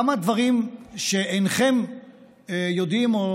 כמה דברים שאינכם יודעים,